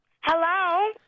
Hello